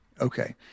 Okay